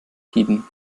tiden